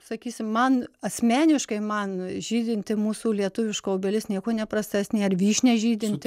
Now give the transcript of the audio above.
sakysim man asmeniškai man žydinti mūsų lietuviška obelis niekuo neprastesnė ar vyšnia žydinti